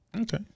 Okay